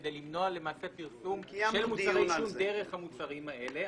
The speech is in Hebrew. כדי למנוע למעשה פרסום דרך המוצרים האלה.